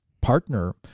partner